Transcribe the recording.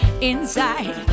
inside